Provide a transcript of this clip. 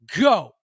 go